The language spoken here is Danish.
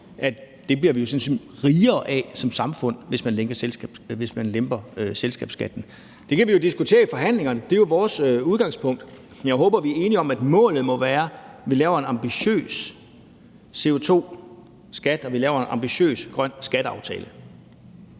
er jo, fordi vi jo sådan set bliver rigere som samfund, hvis man lemper selskabsskatten. Det kan vi jo diskutere i forhandlingerne – det er vores udgangspunkt. Men jeg håber, at vi er enige om, at målet må være, at vi laver en ambitiøs CO2-skat, og at vi laver en ambitiøs grøn skatteaftale.